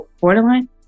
borderline